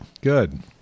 good